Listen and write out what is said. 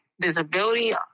disability